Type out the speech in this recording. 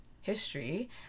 history